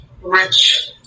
rich